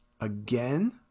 again